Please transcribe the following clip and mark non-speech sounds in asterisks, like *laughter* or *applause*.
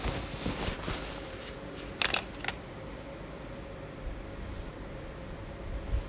*noise*